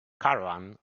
caravan